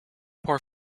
poor